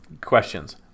questions